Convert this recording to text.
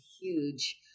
huge